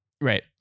right